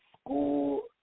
school